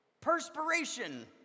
perspiration